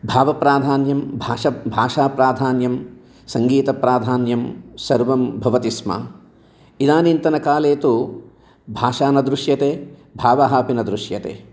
भावप्राधान्यं भाषा भाषाप्राधान्यं सङ्गीतप्राधान्यं सर्वं भवति स्म इदानीन्तनकाले तु भाषा न दृश्यते भावः अपि न दृश्यते